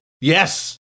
Yes